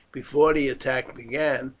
before the attack began,